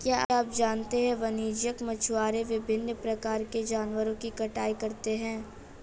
क्या आप जानते है वाणिज्यिक मछुआरे विभिन्न प्रकार के जानवरों की कटाई करते हैं?